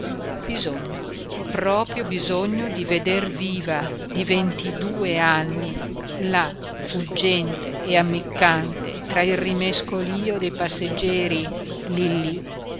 bisogno proprio bisogno di veder viva di ventidue anni là fuggente e ammiccante tra il rimescolío dei passeggeri lillí